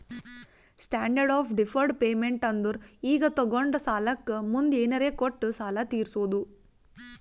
standard of deferred payment ಅಂದುರ್ ಈಗ ತೊಗೊಂಡ ಸಾಲಕ್ಕ ಮುಂದ್ ಏನರೇ ಕೊಟ್ಟು ಸಾಲ ತೀರ್ಸೋದು